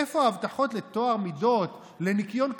איפה ההבטחות לטוהר מידות, לניקיון כפיים,